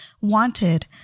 Wanted